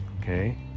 okay